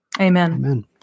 Amen